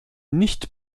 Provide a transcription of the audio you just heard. nicht